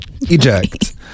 eject